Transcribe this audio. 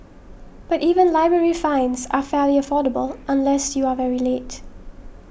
but even library fines are fairly affordable unless you are very late